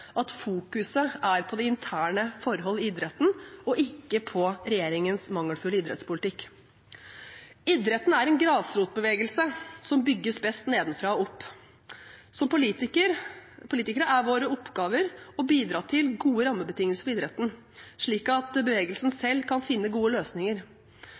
at fokuset er på de interne forholdene i idretten, og ikke på regjeringens mangelfulle idrettspolitikk. «Idretten er en grasrotbevegelse som bygges best nedenfra og opp. Som politikere er vår rolle å bidra til gode rammebetingelser for idretten, slik at bevegelsen selv kan finne de